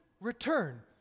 return